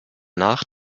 nach